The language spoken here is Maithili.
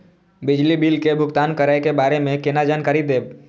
बिजली बिल के भुगतान करै के बारे में केना जानकारी देब?